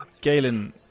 Galen